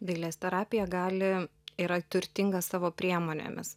dailės terapija gali yra turtinga savo priemonėmis